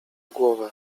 głowę